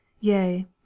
Yea